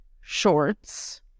shorts